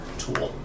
tool